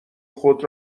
خود